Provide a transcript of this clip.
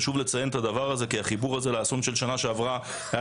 חשוב לציין את הדבר הזה כי החיבור הזה לאסון של השנה שעברה היה